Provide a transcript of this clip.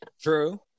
True